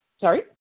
Sorry